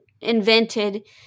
invented